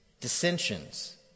dissensions